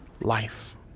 life